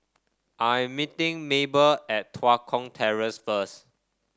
I am meeting Mabel at Tua Kong Terrace first